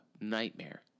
nightmare